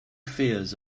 fears